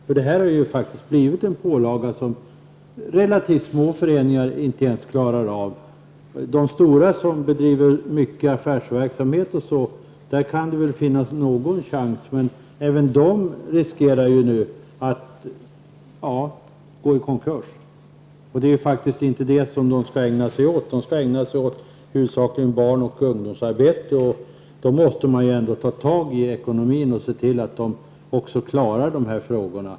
Sociala avgifter har faktiskt blivit en pålaga som relativt små föreningar inte klarar av. De stora föreningarna, som bedriver affärsverksamhet och annat, har vissa chanser att klara verksamheten trots dessa avgifter. Men även de riskerar att gå i konkurs. Det är faktiskt inte sådan verksamhet som de skall ägna sig åt, utan de skall i huvudsak syssla med barn och ungdomsarbete. Det gäller därför att ta fatt i frågor som rör ekonomin och se till att dessa föreningar klarar sig.